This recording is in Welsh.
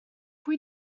pwy